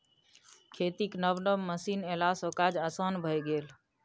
खेतीक नब नब मशीन एलासँ काज आसान भए गेल